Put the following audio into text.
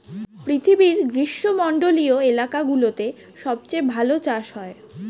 পৃথিবীর গ্রীষ্মমন্ডলীয় এলাকাগুলোতে সবচেয়ে ভালো চাষ হয়